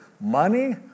money